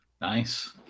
Nice